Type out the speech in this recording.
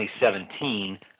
2017